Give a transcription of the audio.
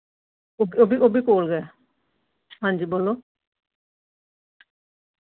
ओ ओह् बी ओह् बी कोल गै हां जी बोलो